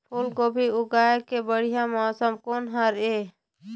फूलगोभी उगाए के बढ़िया मौसम कोन हर ये?